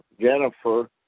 Jennifer